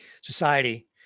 society